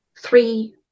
three